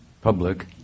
public